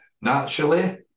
naturally